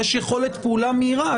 יש יכולת פעולה מהירה,